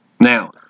Now